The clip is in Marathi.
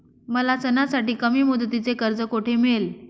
मला सणासाठी कमी मुदतीचे कर्ज कोठे मिळेल?